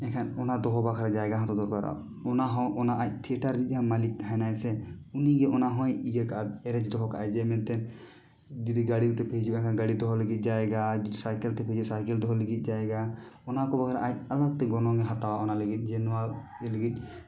ᱮᱱᱠᱷᱟᱱ ᱚᱱᱟ ᱫᱚᱦᱚ ᱵᱟᱠᱷᱟᱨᱟ ᱡᱟᱭᱜᱟ ᱦᱚᱛᱚ ᱫᱚᱨᱠᱟᱨᱚᱜᱼᱟ ᱚᱱᱟ ᱦᱚᱸ ᱚᱱᱟ ᱟᱡ ᱛᱷᱤᱭᱮᱴᱟᱨ ᱨᱤᱡ ᱟᱜ ᱢᱟᱹᱞᱤᱠ ᱛᱟᱦᱮᱱᱟᱭ ᱥᱮ ᱩᱱᱤ ᱜᱮ ᱚᱱᱟᱦᱚᱭ ᱤᱭᱟᱹ ᱠᱟᱜᱼᱟ ᱮᱨᱮᱡ ᱫᱚᱦᱚ ᱠᱟᱜᱼᱟ ᱡᱮ ᱢᱮᱱᱛᱮ ᱡᱩᱫᱤ ᱜᱟᱹᱲᱤ ᱛᱮᱯᱮ ᱦᱤᱡᱩᱜᱼᱟ ᱮᱱᱠᱷᱟᱱ ᱜᱟᱹᱲᱤ ᱫᱚᱦᱚ ᱞᱟᱹᱜᱤᱫ ᱡᱟᱭᱜᱟ ᱥᱟᱭᱠᱮᱞ ᱛᱮᱯᱮ ᱦᱤᱡᱩᱜᱼᱟ ᱥᱟᱭᱠᱮᱞ ᱫᱚᱦᱚ ᱞᱟᱹᱜᱤᱫ ᱡᱟᱭᱜᱟ ᱚᱱᱟ ᱠᱚ ᱵᱟᱠᱷᱟᱨᱟ ᱟᱡ ᱟᱞᱟᱠ ᱛᱮ ᱜᱚᱱᱚᱝ ᱮ ᱦᱟᱛᱟᱣᱟ ᱚᱱᱟ ᱞᱟᱹᱜᱤᱫ ᱡᱮ ᱱᱚᱣᱟ ᱤᱭᱟᱹ ᱞᱟᱹᱜᱤᱫ